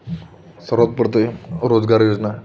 सर्वात प्रथे रोजगार योजना